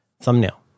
thumbnail